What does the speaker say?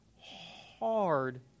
hard